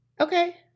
Okay